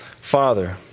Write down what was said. Father